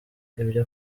ibyo